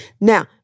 Now